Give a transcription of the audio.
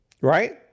right